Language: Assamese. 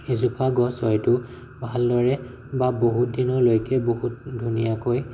এজোপা গছ হয়তো ভালদৰে বা বহুত দিনলৈকে বহুত ধুনীয়াকৈ